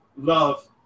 love